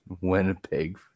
Winnipeg